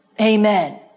Amen